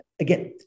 again